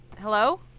hello